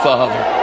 Father